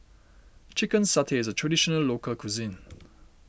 Chicken Satay is a Traditional Local Cuisine